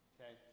Okay